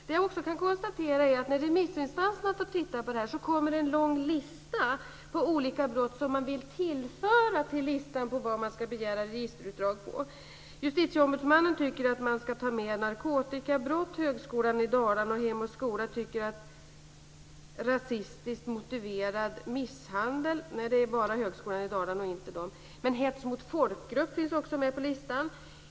Det jag också kan konstatera är att remissinstanserna har lämnat en lång lista på olika brott som de vill tillföra listan på vad man ska begära registerutdrag på. Justitieombudsmannen tycker att man ska ta med narkotikabrott. Högskolan i Dalarna nämner rasistiskt motiverad misshandel. Hets mot folkgrupp finns också med på listan.